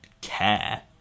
care